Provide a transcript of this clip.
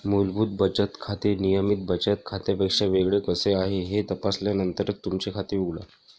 मूलभूत बचत खाते नियमित बचत खात्यापेक्षा वेगळे कसे आहे हे तपासल्यानंतरच तुमचे खाते उघडा